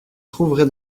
trouverez